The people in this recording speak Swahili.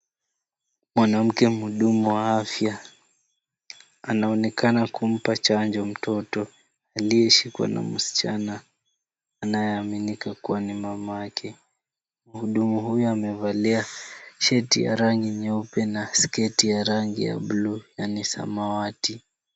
Mwanamke mhudumu wa afya anaonekana kumpa chanjo mtoto aliyeshikwa na msichana anayeaminika kuwa ni mamake. Mhudumu huyu amevalia shati ya rangi nyeupe na sketi ya rangi ya bluu yaani samawati.